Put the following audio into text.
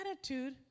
attitude